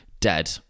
dead